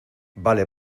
vale